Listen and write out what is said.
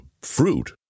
Fruit